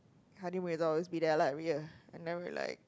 Hardy-Mirza will always be there like real and then we like